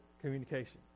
communication